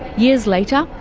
years later.